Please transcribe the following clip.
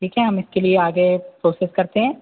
ठीक है हम इसके लिए आगे प्रोसेस करते हैं